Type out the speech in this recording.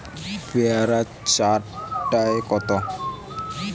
পেয়ারা চার টায় কত?